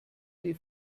die